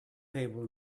table